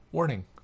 Warning